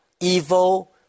evil